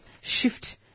shift